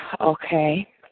okay